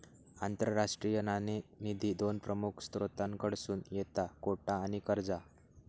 आंतरराष्ट्रीय नाणेनिधी दोन प्रमुख स्त्रोतांकडसून येता कोटा आणि कर्जा